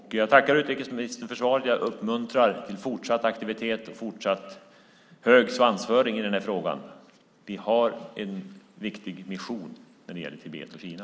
Jag tackar utrikesministern för svaret. Jag uppmuntrar till fortsatt aktivitet och fortsatt hög svansföring i denna fråga. Vi har en viktig mission när det gäller Tibet och Kina.